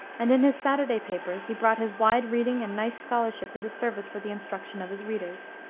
and in his saturday papers, he brought his wide reading and nice scholarship into service for the instruction of his readers.